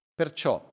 perciò